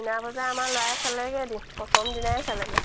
মিনা বজাৰ আমাৰ ল'ৰাই চালেগৈ এদিন প্ৰথম দিনাই চালেগৈ